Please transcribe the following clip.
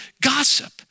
gossip